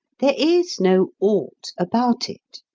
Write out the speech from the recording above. there is no ought about it.